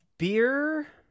Beer